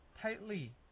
tightly